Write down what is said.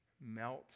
Melt